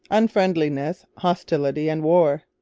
unfriendliness, hostility, and war.